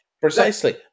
precisely